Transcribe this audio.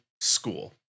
school